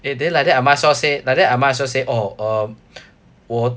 eh then like that I might as well say like that I might as well say oh um 我